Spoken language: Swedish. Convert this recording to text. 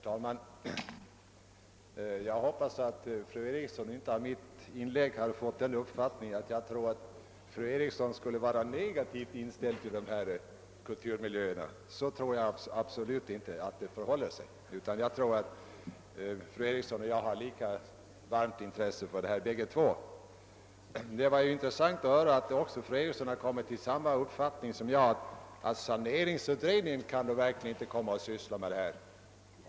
Herr talman! Jag hoppas att fru Eriksson av mitt inlägg inte fått uppfattningen att jag tror att hon är negativt inställd till. frågan om kulturmiljöerna. Jag tror absolut inte att det förhåller sig så. Jag tror att fru Eriksson och jag hår ett lika varmt intresse för denna sak. NS | Det var intressant att höra att fru Eriksson kommit till samma uppfattning som jag att saneringsutredningen inte kan komma att syssla med denna fråga.